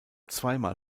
zweimal